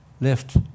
left